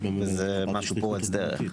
זה משהו פורץ דרך.